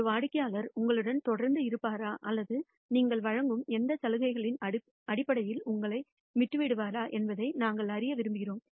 ஒரு வாடிக்கையாளர் உங்களுடன் தொடர்ந்து இருப்பாரா அல்லது நீங்கள் வழங்கும் எந்த சலுகைகளின் அடிப்படையிலும் உங்களை விட்டுவிடுவாரா என்பதை நாங்கள் அறிய விரும்புகிறோம்